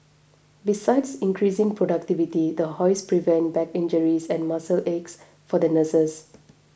besides increasing productivity the hoists prevent back injuries and muscle aches for the nurses